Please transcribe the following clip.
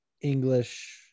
English